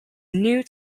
new